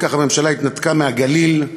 וכך הממשלה התנתקה מהגליל,